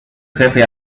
jefe